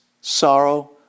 sorrow